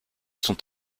sont